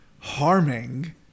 harming